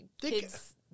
kids